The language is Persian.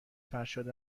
فرشاد